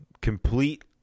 complete